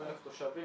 80,000 תושבים,